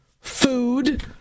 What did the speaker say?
food